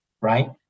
right